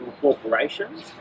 corporations